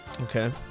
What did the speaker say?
Okay